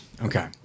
Okay